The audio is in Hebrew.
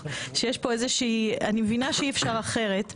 אני מבינה שאי-אפשר אחרת,